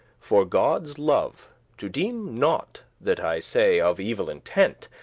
for godde's love to deem not that i say of evil intent,